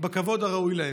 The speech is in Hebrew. בכבוד הראוי להם.